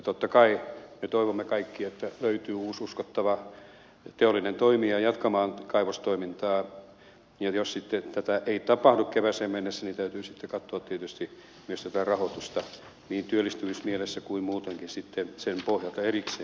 totta kai me toivomme kaikki että löytyy uusi uskottava teollinen toimija jatkamaan kaivostoimintaa ja jos tätä ei tapahdu kevääseen mennessä niin täytyy sitten katsoa tietysti myös tätä rahoitusta niin työllistymismielessä kuin muutenkin sen pohjalta erikseen